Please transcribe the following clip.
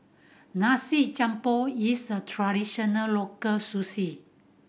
nasi is a traditional local cuisine